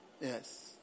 Yes